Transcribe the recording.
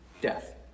death